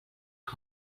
que